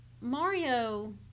Mario